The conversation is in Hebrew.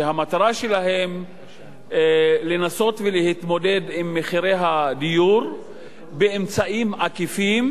שהמטרה שלהן לנסות ולהתמודד עם מחירי הדיור באמצעים עקיפים,